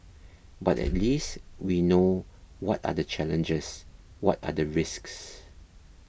but at least we know what are the challenges what are the risks